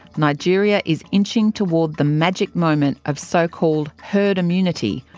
nigeria is inching toward the magic moment of so-called herd immunity,